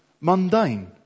mundane